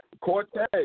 Cortez